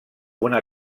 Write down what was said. una